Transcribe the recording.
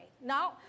No